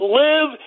live